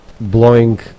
blowing